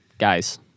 Guys